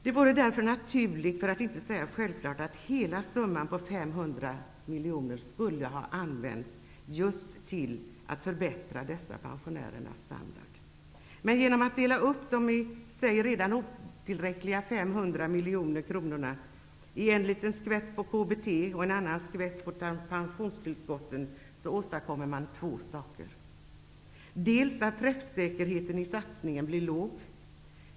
Det vore därför naturligt, för att inte säga självklart att hela summan på 500 miljoner skulle ha använts just till att förbättra dessa pensionärers standard. Genom att dela upp de i sig redan otillräckliga 500 miljoner kronorna i en liten skvätt på KBT och en annan skvätt på pensionstillskotten åstadkommer man två saker. Träffsäkerheten i satsningen blir låg.